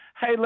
Hey